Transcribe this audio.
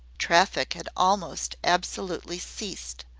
traffic had almost absolutely ceased,